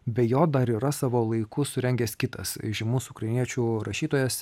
be jo dar yra savo laiku surengęs kitas žymus ukrainiečių rašytojas